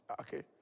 okay